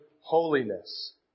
holiness